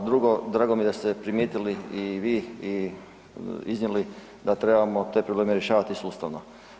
A drugo, drago mi jer da ste primijetili i vi i iznijeli da trebamo te probleme rješavati sustavno.